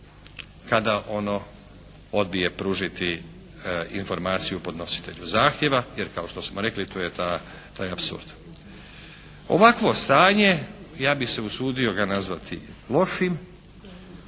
kada ono odbije pružiti informaciju podnositelju zahtjeva, jer kao što smo rekli tu je taj apsurd. Ovakvo stanje ja bi se usudio ga nazvati lošim